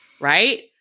right